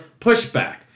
pushback